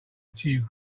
achieve